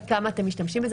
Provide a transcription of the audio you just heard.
עד כמה אתם משתמשים בזה?